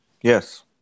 Yes